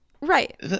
Right